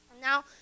Now